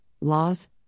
laws